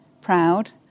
proud